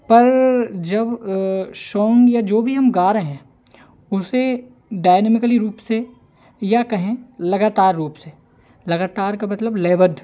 पर जब शॉन्ग या जो भी हम गा रहे हैं उसे डायनामिकली रूप से या कहें लगातार रूप से लगातार का मतलब लयबद्ध